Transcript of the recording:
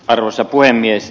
arvoisa puhemies